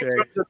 okay